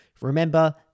Remember